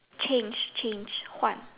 change change 换